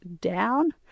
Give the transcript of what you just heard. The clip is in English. down